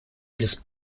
без